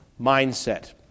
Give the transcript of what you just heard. mindset